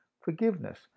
Forgiveness